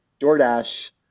DoorDash